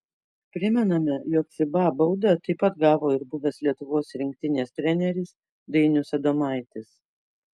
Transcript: primename jog fiba baudą taip pat gavo ir buvęs lietuvos rinktinės treneris dainius adomaitis